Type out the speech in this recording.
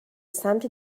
سمت